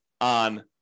on